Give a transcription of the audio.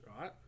Right